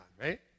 right